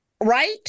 right